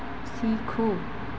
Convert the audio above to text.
सीखो